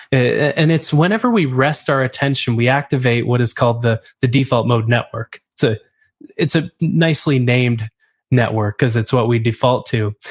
and it's whenever we rest our attention we activate what is called the the default mode network. it's a nicely named network because it's what we default to.